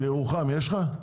בירוחם יש לך?